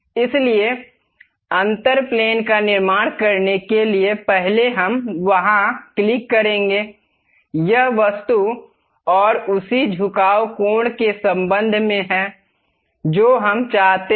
इसलिए अंतर प्लेन का निर्माण करने के लिए पहले हम वहां क्लिक करेंगे यह वस्तु और उसी झुकाव कोण के संबंध में है जो हम चाहते हैं